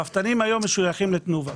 הרפתנים היום משויכים לתנובה.